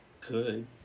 good